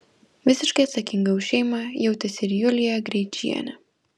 visiškai atsakinga už šeimą jautėsi ir julija greičienė